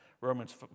Romans